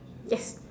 ya